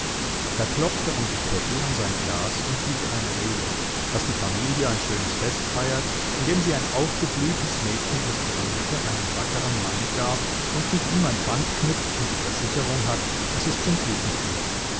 da klopfte onkel pepi an sein glas und hielt eine rede daß die familie ein schönes fest feiert indem sie ein aufgeblühtes mädchen aus ihrer mitte einem wackeren manne gab und mit ihm ein band knüpft und die versicherung hat daß es zum guten führt